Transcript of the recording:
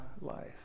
life